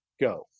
Go